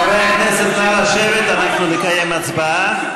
חברי הכנסת, נא לשבת, אנחנו נקיים הצבעה.